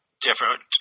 different